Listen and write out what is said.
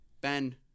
Ben